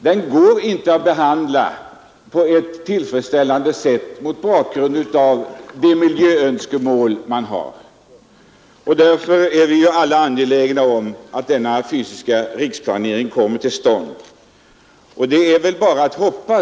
Det är omöjligt att behandla frågorna på ett tillfredsställande sätt och med vederbörlig hänsyn tagen till de miljöönskemål som föreligger. Därför är vi alla mycket angelägna om att arbetet på denna fysiska riksplanering påskyndas så mycket som möjligt.